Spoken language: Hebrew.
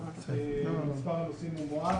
מספר הנוסעים מועט.